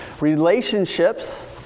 Relationships